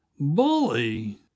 Bully